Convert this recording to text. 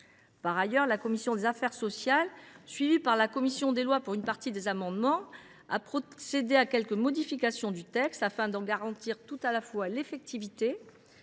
Par ailleurs, la commission des affaires sociales, suivie par celle des lois sur une partie des amendements, a procédé à quelques modifications du texte, afin d’en garantir tout à la fois l’effectivité